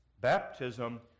Baptism